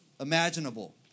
imaginable